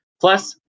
plus